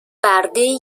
بردهای